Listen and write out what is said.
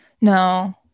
no